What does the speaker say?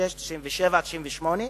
משנת 1996, 1997, 1998,